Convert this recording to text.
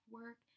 work